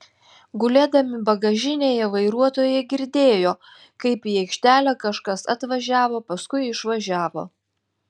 gulėdami bagažinėje vairuotojai girdėjo kaip į aikštelę kažkas atvažiavo paskui išvažiavo